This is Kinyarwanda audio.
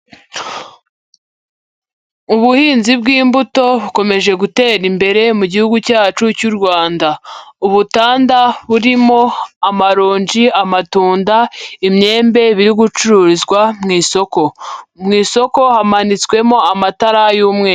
Ubuhinzi bw'imbuto bukomeje gutera imbere mu gihugu cyacu cy'u Rwanda, ubutanda burimo amaronji, amatunda, imyembe biri gucururizwa mu isoko, mu isoko hamanitswemo amatara y'umweru.